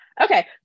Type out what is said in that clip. Okay